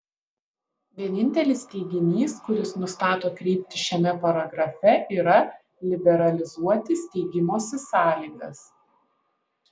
vienintelis teiginys kuris nustato kryptį šiame paragrafe yra liberalizuoti steigimosi sąlygas